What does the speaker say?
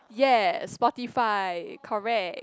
yes Spotify correct